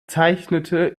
zeichnete